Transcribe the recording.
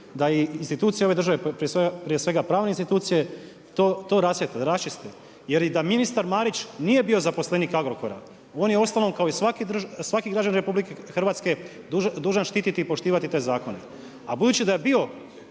da institucije ove države prije svega pravne institucije to da raščiste. Jer i da ministar Marić nije bio zaposlenik Agrokora, on je osnovno, kao i svaki građanin RH dužan štititi i poštivati te zakone, a budući da je bio